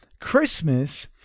Christmas